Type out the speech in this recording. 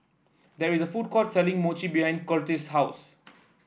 there is a food court selling Mochi behind Curtiss' house